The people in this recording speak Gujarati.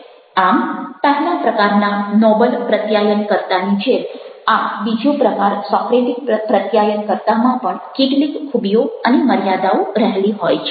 આમ પહેલા પ્રકારના નોબલ પ્રત્યાયનકર્તાની જેમ આ બીજો પ્રકાર સોક્રેટિક પ્રત્યાયનકર્તામાં પણ કેટલીક ખૂબીઓ અને મર્યાદાઓ રહેલી હોય છે